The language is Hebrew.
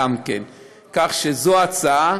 כך שזו ההצעה.